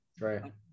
Right